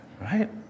Right